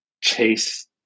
Chase